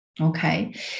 okay